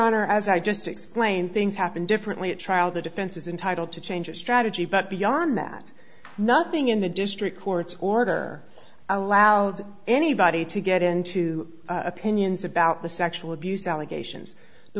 honor as i just explained things happened differently at trial the defense is entitled to change its strategy but beyond that nothing in the district court's order allowed anybody to get into opinions about the sexual abuse allegations the